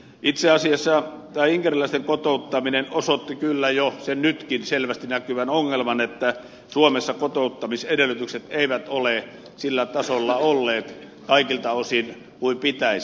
itse asiassa inkeriläisten kotouttaminen osoitti kyllä jo sen nytkin selvästi näkyvän ongelman että suomessa kotouttamisedellytykset eivät ole sillä tasolla olleet kaikilta osin kuin pitäisi